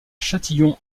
châtillon